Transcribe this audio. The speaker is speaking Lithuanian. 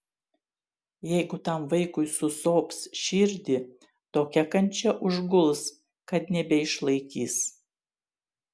jeigu tam vaikui susops širdį tokia kančia užguls kad nebeišlaikys